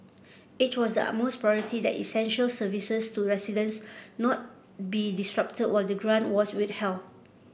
it was the utmost priority that essential services to residents not be disrupted while the grant was withheld